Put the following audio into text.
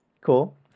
cool